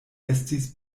estis